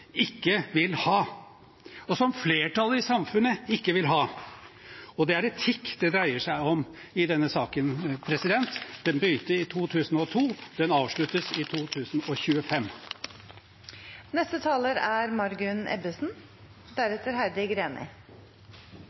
ikke vil ha, og som flertallet i samfunnet ikke vil ha. Det er etikk det dreier seg om i denne saken. Den begynte i 2002, den avsluttes i